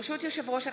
ברשות יושב-ראש הכנסת,